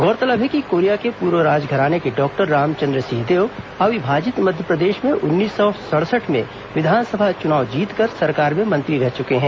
गौरतलब है कि कोरिया के पूर्व राजघराने के डॉक्टर रामचंद्र सिंहदेव अविभाजित मध्यप्रदेष में उन्नीस सौ सड़सढ़ में विधानसभा चुनाव जीतकर सरकार में मंत्री रह चुके हैं